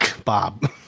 Bob